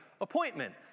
appointment